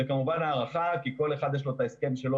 זו כמובן הערכה כי לכל אחד יש את ההסכם שלוש